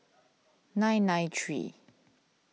nine nine three